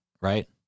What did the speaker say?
right